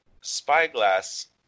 spyglass